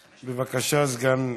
בבקשה, סגן השר.